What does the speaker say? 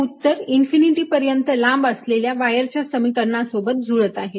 हे उत्तर इन्फिनिटी पर्यंत लांब असलेल्या वायरच्या समिकरणा सोबत जुळत आहे